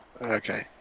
Okay